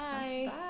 Bye